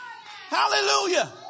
Hallelujah